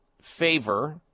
favor